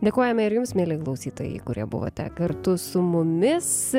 dėkojame ir jums mieli klausytojai kurie buvote kartu su mumis